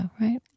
right